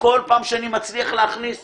אני האחרון שמתחפר